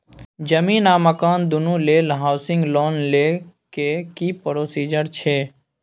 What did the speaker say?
जमीन आ मकान दुनू लेल हॉउसिंग लोन लै के की प्रोसीजर छै?